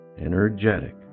energetic